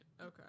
okay